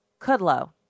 Kudlow